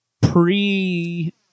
pre